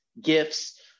gifts